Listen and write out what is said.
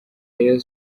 rayon